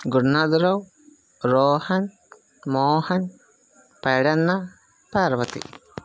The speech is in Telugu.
గురునాథులు రోహన్ మోహన్ పైడన్న పార్వతి